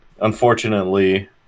Unfortunately